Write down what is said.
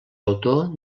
autor